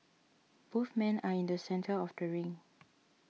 both men are in the centre of the ring